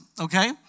okay